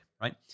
right